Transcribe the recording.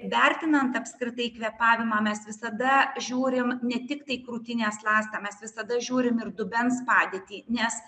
vertinant apskritai kvėpavimą mes visada žiūrim ne tik tai krūtinės ląstą mes visada žiūrim ir dubens padėtį nes